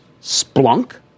Splunk